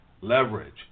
leverage